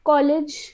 College